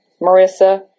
Marissa